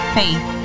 faith